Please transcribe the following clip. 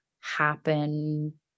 happen